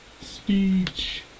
Speech